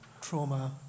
trauma